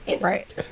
right